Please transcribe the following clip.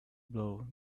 blow